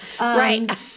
Right